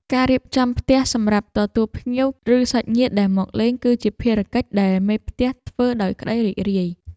ការរៀបចំផ្ទះសម្រាប់ទទួលភ្ញៀវ ឬសាច់ញាតិដែលមកលេង គឺជាភារកិច្ចដែលមេផ្ទះធ្វើដោយក្តីរីករាយ។